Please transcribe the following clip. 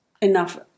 enough